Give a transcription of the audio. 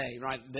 right